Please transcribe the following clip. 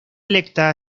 electa